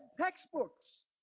textbooks